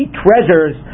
treasures